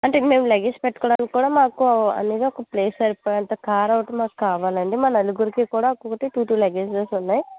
అంటే మేము లగేజ్ పెట్టుకోవడానికి కూడా మాకు అనేది ఒక ప్లేస్ సరిపోయే అంత కార్ ఒకటి మాకు కావాలండి మా నలుగురికి కూడా ఒక్కొక్కటి టూ టూ లగేజెస్ ఉన్నాయి